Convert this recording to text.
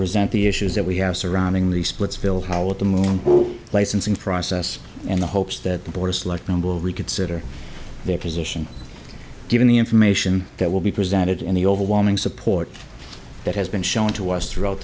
present the issues that we have surrounding the splitsville how with the moon licensing process in the hopes that the board of selectmen will reconsider their position given the information that will be presented in the overwhelming support that has been shown to us throughout